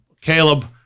caleb